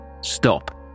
Stop